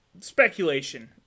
speculation